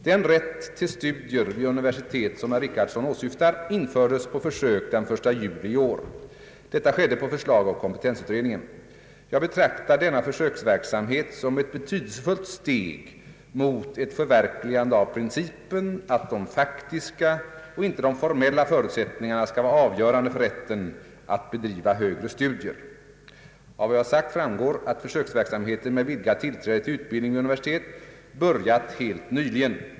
Den rätt till studier vid universitet som herr Richardson åsyftar infördes på försök den 1 juli i år. Detta skedde på förslag av kompetensutredningen. Jag betraktar denna försöksverksamhet som ett betydelsefullt steg mot ett förverkligande av principen att de faktiska och inte de formella förutsättningarna skall vara avgörande för rätten att bedriva högre studier. Av vad jag sagt framgår att försöksverksamheten med vidgat tillträde till utbildning vid universitet börjat helt nyligen.